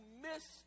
miss